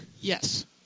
Yes